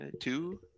two